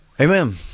Amen